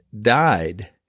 died